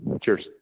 cheers